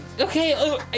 Okay